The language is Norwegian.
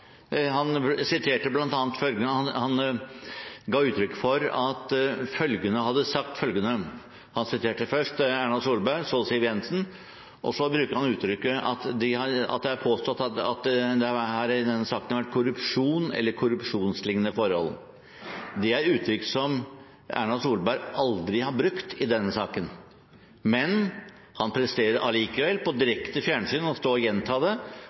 Han ga uttrykk for at følgende hadde sagt følgende: Han siterte først Erna Solberg, så Siv Jensen, og så bruker han uttrykket at det er påstått at det her i denne saken har vært korrupsjon eller korrupsjonsliknende forhold. Det er uttrykk som Erna Solberg aldri har brukt i denne saken. Men han presterer allikevel på direkte fjernsyn å gjenta det,